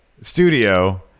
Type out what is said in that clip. studio